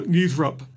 NewsRup